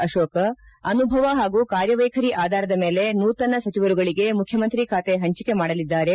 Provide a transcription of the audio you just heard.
ಅಶೋಕ್ ಅನುಭವ ಹಾಗೂ ಕಾರ್ಯವೈಖರಿ ಆಧಾರದ ಮೇಲೆ ನೂತನ ಸಚಿವರುಗಳಗೆ ಮುಖ್ಯಮಂತ್ರಿ ಖಾತೆ ಹಂಚಿಕೆ ಮಾಡಲಿದ್ದಾರೆ